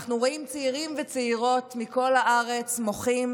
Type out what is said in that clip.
אנחנו רואים צעירים וצעירות מכל הארץ מוחים.